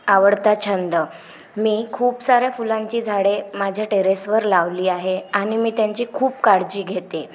आवडता छंद मी खूप साऱ्या फुलांची झाडे माझ्या टेरेसवर लावली आहे आणि मी त्यांची खूप काळजी घेते